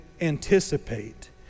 anticipate